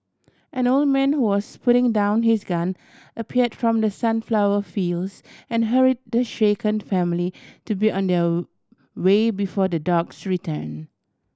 an old man who was putting down his gun appeared from the sunflower fields and hurry the shaken family to be on their way before the dogs return